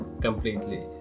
completely